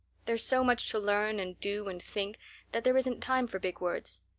there's so much to learn and do and think that there isn't time for big words.